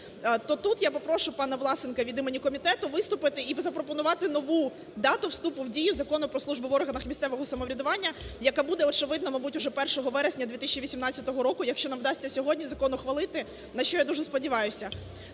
то тут я попрошу пана Власенка від імені комітету виступити і запропонувати нову дату вступу в дію Закону "Про службу в органах місцевого самоврядування", яка буде, очевидно, мабуть, уже 1 вересня 2018 року, якщо нам вдасться сьогодні закон ухвалити, на що я дуже сподіваюся.